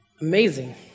Amazing